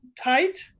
tight